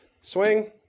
Swing